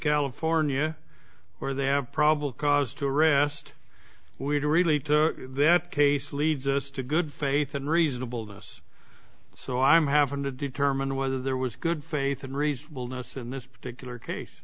california where they have probable cause to arrest we do relate to that case leads us to good faith and reasonable this so i'm having to determine whether there was good faith and reasonable notice in this particular case